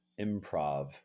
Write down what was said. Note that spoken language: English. improv